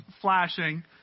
flashing